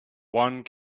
one